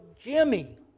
Jimmy